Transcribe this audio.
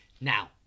Now